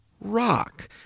rock